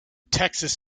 texas